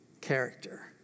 character